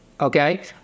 Okay